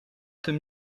tym